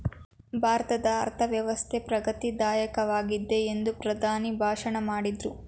ಭಾರತದ ಅರ್ಥವ್ಯವಸ್ಥೆ ಪ್ರಗತಿ ದಾಯಕವಾಗಿದೆ ಎಂದು ಪ್ರಧಾನಿ ಭಾಷಣ ಮಾಡಿದ್ರು